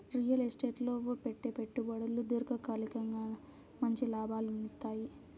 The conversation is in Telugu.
రియల్ ఎస్టేట్ లో పెట్టే పెట్టుబడులు దీర్ఘకాలికంగా మంచి లాభాలనిత్తయ్యి